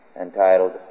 entitled